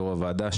יו"ר הוועדה,